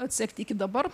atsekti iki dabar